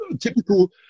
typical